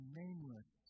nameless